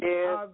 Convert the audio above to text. Yes